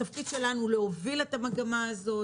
התפקיד שלנו להוביל את המגמה הזאת,